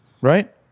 right